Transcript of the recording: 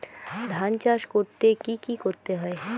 ধান চাষ করতে কি কি করতে হয়?